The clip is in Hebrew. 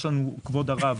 יש לנו, כבוד הרב,